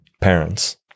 parents